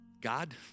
God